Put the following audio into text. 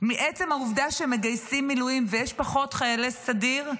מעצם העובדה שמגייסים מילואים ויש פחות חיילי סדיר,